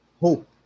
hope